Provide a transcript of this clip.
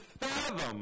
fathom